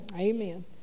Amen